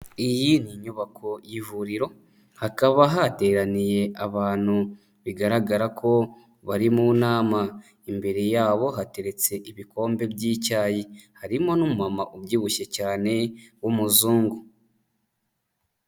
Iyi ni inyubako y'ivuriro, hakaba hateraniye abantu, bigaragara ko bari mu nama, imbere yabo hateretse ibikombe by'icyayi, harimo n'umumama ubyibushye cyane w'umuzungu.